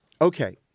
Okay